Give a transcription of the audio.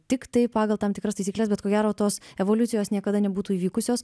tiktai pagal tam tikras taisykles bet ko gero tos evoliucijos niekada nebūtų įvykusios